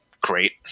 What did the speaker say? great